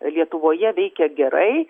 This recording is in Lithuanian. lietuvoje veikia gerai